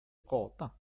prata